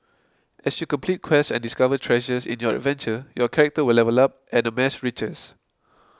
as you complete quests and discover treasures in your adventure your character will level up and amass riches